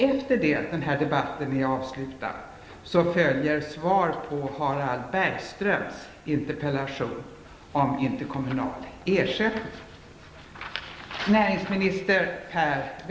Efter att denna debatt är avslutad följer svar på